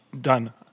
done